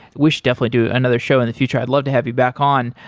we should definitely do another show in the future. i'd love to have you back on.